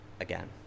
again